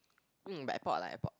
mm but airport lah airport